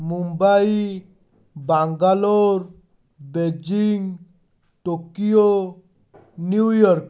Mumbai Bangalore Beijing Tokyo New York